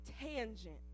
tangent